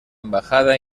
embajada